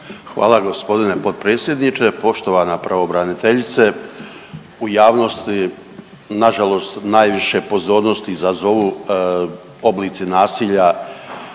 Hvala gospodine potpredsjedniče. Poštovana pravobraniteljice u javnosti nažalost najviše pozornosti izazovu oblici nasilja,